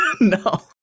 no